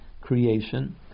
creation